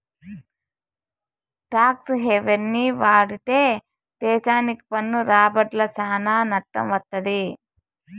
talks హెవెన్ని వాడితే దేశాలకి పన్ను రాబడ్ల సానా నట్టం వత్తది